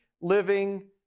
living